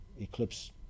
eclipse